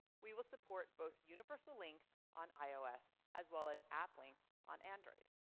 we will support both universal links on ios as well as app links on android.